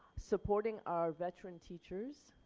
supporting our veteran teachers,